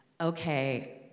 okay